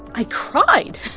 i cried